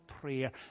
prayer